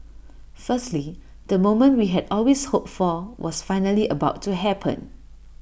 firstly the moment we had always hoped for was finally about to happen